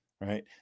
right